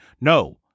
No